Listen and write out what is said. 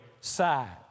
side